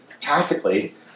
tactically